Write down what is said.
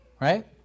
right